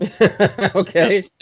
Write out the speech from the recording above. Okay